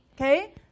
Okay